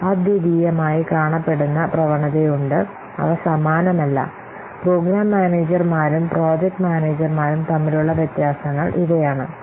അവ അദ്വിതീയമായി കാണപ്പെടുന്ന പ്രവണതയുണ്ട് അവ സമാനമല്ല പ്രോഗ്രാം മാനേജർമാരും പ്രോജക്റ്റ് മാനേജർമാരും തമ്മിലുള്ള വ്യത്യാസങ്ങൾ ഇവയാണ്